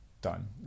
done